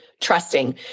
trusting